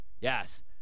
Yes